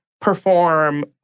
perform